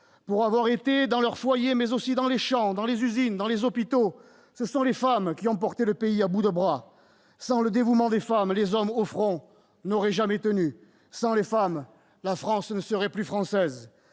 l'arrière, dans leur foyer mais aussi dans les champs, dans les usines, dans les hôpitaux, ce sont les femmes qui ont porté le pays à bout de bras ! Sans le dévouement des femmes, les hommes au front n'auraient jamais tenu ! Sans les femmes, la France ne serait plus française